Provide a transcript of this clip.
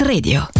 Radio